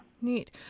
Neat